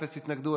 אפס התנגדו,